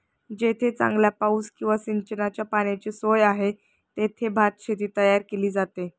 जेथे चांगला पाऊस किंवा सिंचनाच्या पाण्याची सोय आहे, तेथे भातशेती तयार केली जाते